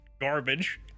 garbage